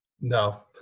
No